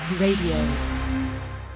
Radio